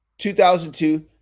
2002